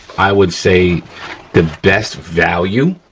i would say the best value